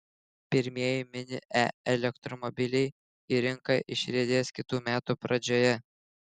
pirmieji mini e elektromobiliai į rinką išriedės kitų metų pradžioje